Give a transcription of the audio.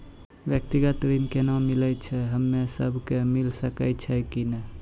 व्यक्तिगत ऋण केना मिलै छै, हम्मे सब कऽ मिल सकै छै कि नै?